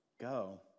go